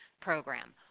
program